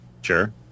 sure